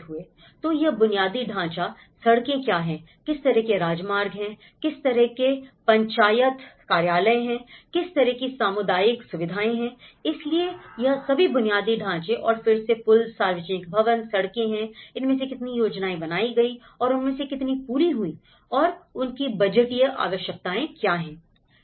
तो यह बुनियादी ढांचा है सड़कें क्या हैं किस तरह के राजमार्ग हैं किस तरह के पंचायत कार्यालय हैं किस तरह की सामुदायिक सुविधाएँ हैं इसलिए यह सभी बुनियादी ढांचे और फिर से पुल सार्वजनिक भवन सड़कें हैं इनमें से कितनी योजनाएं बनाई गई और उनमें से कितनी पूरी हुई और उनकी बजटीय आवश्यकताएं क्या हैं